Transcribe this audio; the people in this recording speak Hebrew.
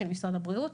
של משרד הבריאות,